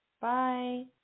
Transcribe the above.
Bye